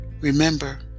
Remember